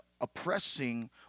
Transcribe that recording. oppressing